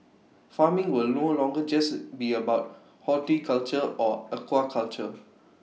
farming will no longer just be about horticulture or aquaculture